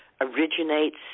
originates